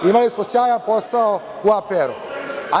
Imali smo sjajan posao u APR-u.